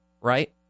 right